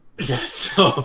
Yes